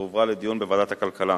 והועברה לדיון בוועדת הכלכלה.